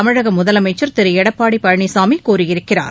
தமிழக முதலமைச்சா் திரு எடப்பாடி பழனிசாமி கூறியிருக்கிறார்